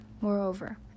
Moreover